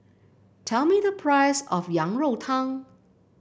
tell me the price of Yang Rou Tang